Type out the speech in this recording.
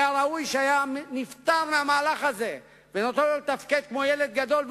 היה ראוי שהיה נפטר מהמהלך הזה ונותן לו לתפקד כמו ילד גדול,